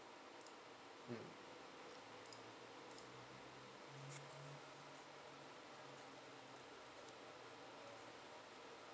mm